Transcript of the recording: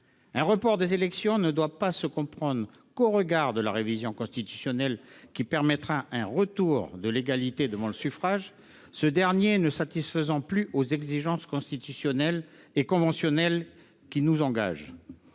Le report des élections ne doit se comprendre qu’au regard de la révision constitutionnelle qui permettra de rétablir l’égalité devant le suffrage : les modalités de ce dernier ne satisfont plus aux exigences constitutionnelles et conventionnelles qui nous engagent.